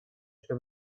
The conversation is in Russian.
что